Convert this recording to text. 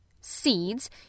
Seeds